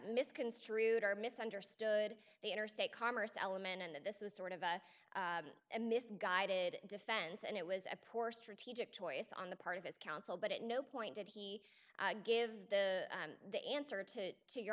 misconstrued or misunderstood the interstate commerce element and that this was sort of a misguided defense and it was a poor strategic choice on the part of his counsel but at no point did he give the the answer to your